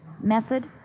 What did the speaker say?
Method